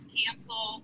cancel